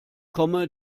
komme